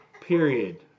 Period